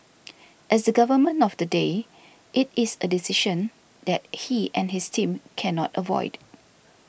as the Government of the day it is a decision that he and his team cannot avoid